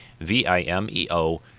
v-i-m-e-o